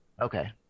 Okay